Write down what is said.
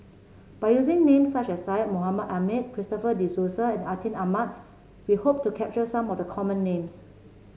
by using names such as Syed Mohamed Ahmed Christopher De Souza and Atin Amat we hope to capture some of the common names